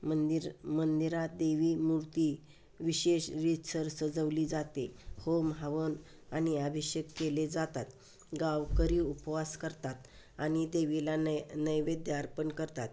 मंदिर मंदिरात देवी मूर्ती विशेष रीतसर सजवली जाते होम हवन आणि आभिषेक केले जातात गावकरी उपवास करतात आणि देवीला नै नैवेद्य अर्पण करतात